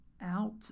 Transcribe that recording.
out